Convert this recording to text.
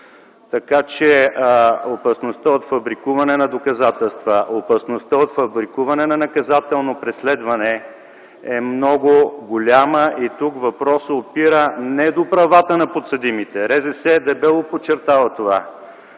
Опасността от фабрикуване на доказателства, опасността от фабрикуване на наказателно преследване е много голяма. Тук въпросът опира не до правата на подсъдимите – РЗС дебело подчертава това.